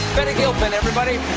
betty gilpin, everybody!